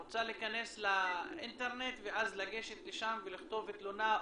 רוצה להיכנס לאינטרנט ואז לגשת שם ולכתוב תלונה.